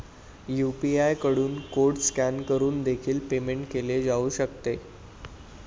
UPI कडून code scan करून देखील पेमेंट केले जाऊ शकते